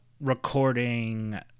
recording